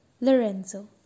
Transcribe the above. Lorenzo